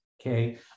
Okay